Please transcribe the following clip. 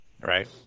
Right